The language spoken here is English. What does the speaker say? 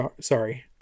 Sorry